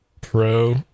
Pro